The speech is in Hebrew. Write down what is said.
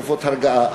תרופות הרגעה.